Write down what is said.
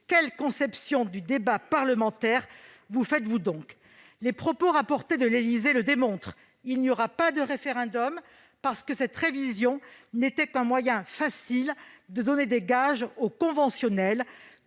Quelle conception du débat parlementaire vous faites-vous donc ? Les propos rapportés de l'Élysée le démontrent : il n'y aura pas de référendum, parce que cette révision n'était qu'un moyen facile de donner des gages aux conventionnels,